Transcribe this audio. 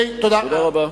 תודה רבה.